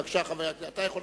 בבקשה, חבר הכנסת בן-ארי.